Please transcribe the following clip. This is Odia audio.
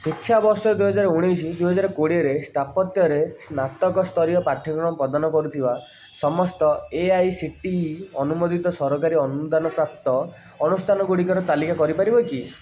ଶିକ୍ଷାବର୍ଷ ଦୁଇ ହଜାର ଉଣେଇଶ ଦୁଇ ହଜାର କୋଡ଼ିଏରେ ସ୍ଥାପତ୍ୟରେ ସ୍ନାତକ ସ୍ତରୀୟ ପାଠ୍ୟକ୍ରମ ପ୍ରଦାନ କରୁଥିବା ସମସ୍ତ A I C T E ଅନୁମୋଦିତ ସରକାରୀ ଅନୁଦାନ ପ୍ରାପ୍ତ ଅନୁଷ୍ଠାନ ଗୁଡ଼ିକର ତାଲିକା କରିପାରିବ କି